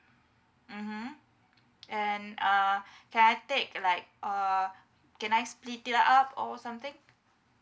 mmhmm and uh can I take like uh can I split it up or something